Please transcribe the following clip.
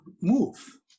move